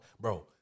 bro